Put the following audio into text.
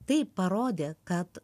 tai parodė kad